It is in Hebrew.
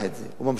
הוא ממשיך לגבות